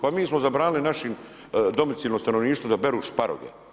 Pa mi smo zabranili našem domicilnom stanovništvu da beru šparoge.